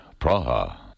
Praha